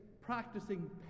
practicing